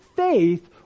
faith